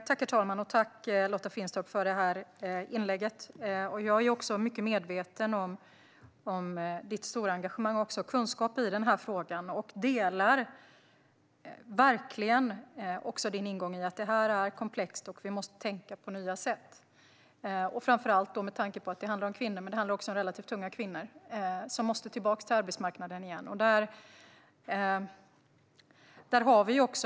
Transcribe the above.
Herr talman! Tack, Lotta Finstorp, för det här inlägget! Jag är mycket medveten om ditt stora engagemang och din kunskap i den här frågan och håller verkligen med om din ingång att det här är komplext och vi måste tänka på nya sätt, framför allt med tanke på att det handlar om kvinnor och relativt unga kvinnor som måste tillbaka till arbetsmarknaden igen.